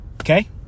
Okay